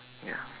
ya